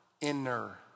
inner